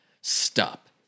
Stop